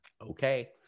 Okay